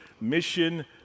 mission